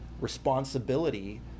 responsibility